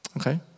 okay